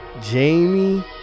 Jamie